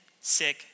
sick